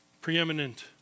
Preeminent